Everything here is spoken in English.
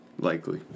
likely